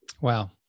Wow